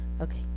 Okay